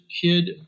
Kid